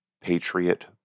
Patriot